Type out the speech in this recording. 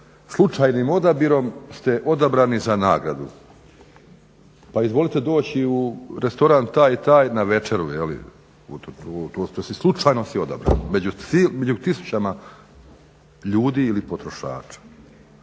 slučajnim odabirom ste odabrani za nagradu pa izvolite doći u restoran taj i taj na večeru, slučajno si odabran među tisućama ljudi ili potrošača.